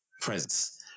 presence